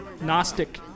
gnostic